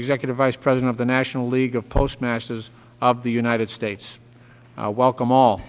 executive vice president of the national league of postmasters of the united states welcome all